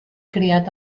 criat